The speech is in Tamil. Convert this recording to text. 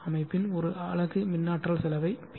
அமைப்பின் ஒரு அலகு மின்னாற்றல் செலவை பி